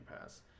Pass